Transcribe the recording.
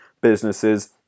businesses